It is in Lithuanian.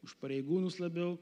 už pareigūnus labiau